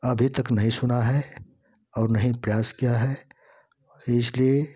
अभी तक नहीं सुना है और नहीं प्रयास किया है इसलिए